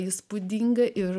įspūdinga ir